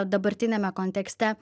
dabartiniame kontekste